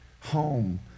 home